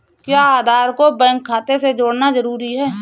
क्या आधार को बैंक खाते से जोड़ना जरूरी है?